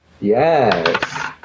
Yes